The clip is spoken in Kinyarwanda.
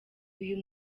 uyu